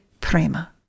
Prema